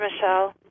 Michelle